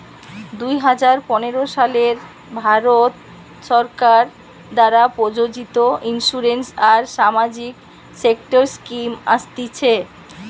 দুই হাজার পনের সালে ভারত সরকার দ্বারা প্রযোজিত ইন্সুরেন্স আর সামাজিক সেক্টর স্কিম আসতিছে